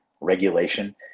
Regulation